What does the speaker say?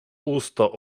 usta